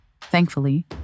Thankfully